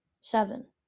seven